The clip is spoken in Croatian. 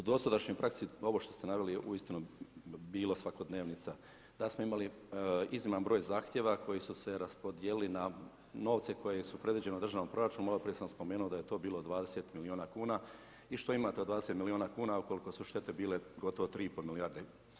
U dosadašnjoj praksi, ovo što ste naveli je uistinu bila svakodnevnica, da smo imali izniman broj zahtjeva koji su se raspodijelili na novce, koji su predviđeni u državnom proračunu, maloprije sam spomenuo da je to bilo 20 milijuna kuna i što imate od 20 milijuna kuna ukoliko su štete bili gotovo 3,5 milijarde.